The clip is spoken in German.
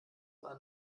war